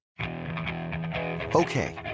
Okay